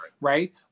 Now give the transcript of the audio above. Right